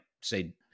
say